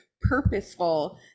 purposeful